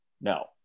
No